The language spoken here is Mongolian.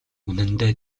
үнэндээ